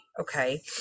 okay